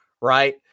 right